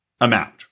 amount